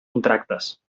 contractes